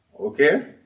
Okay